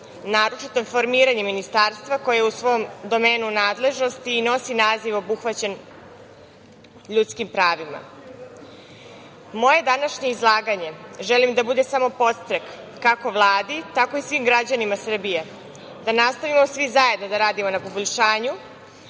naročito formiranjem Ministarstva koje u svom domenu nadležnosti nosi naziv obuhvaćen ljudskim pravima. Moje današnje izlaganje želim da bude samo podstrek kako Vladi, tako i svim građanima Srbije da nastavimo svi zajedno da radimo na poboljšanju